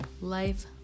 life